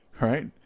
Right